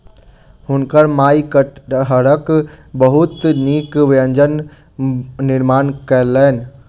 हुनकर माई कटहरक बहुत नीक व्यंजन निर्माण कयलैन